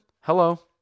Hello